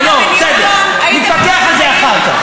לא, בסדר, נתווכח על זה אחר כך.